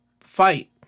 fight